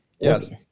yes